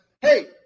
hey